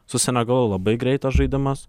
su senegalu labai greitas žaidimas